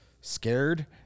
scared